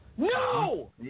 No